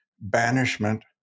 banishment